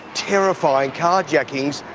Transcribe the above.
terrifying car-jackings,